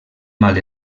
mal